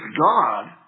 God